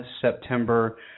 September